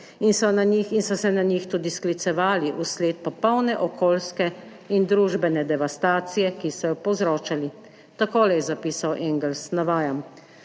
in so se na njih tudi sklicevali vsled popolne okoljske in družbene devastacije, ki so jo povzročali. Takole je zapisal Engels, navajam: